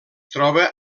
troba